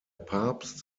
papst